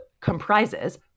comprises